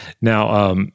Now